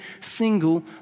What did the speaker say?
single